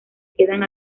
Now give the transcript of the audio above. quedan